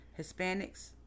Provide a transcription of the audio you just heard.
Hispanics